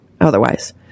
otherwise